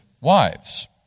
wives